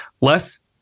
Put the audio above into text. Less